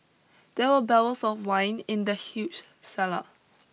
there were barrels of wine in the huge cellar